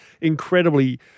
incredibly